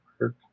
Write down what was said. work